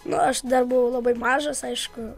nu aš dar buvau labai mažas aišku